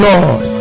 Lord